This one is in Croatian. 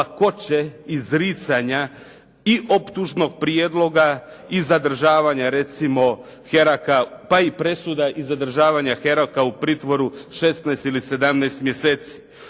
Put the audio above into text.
lakoće izricanja i optužnog prijedloga i zadržavanja recimo Heraka pa i presuda, pa i zadržavanje Heraka u pritvoru 16 ili 17 mjeseci.